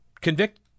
convict